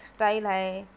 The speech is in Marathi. स्टाईल आहे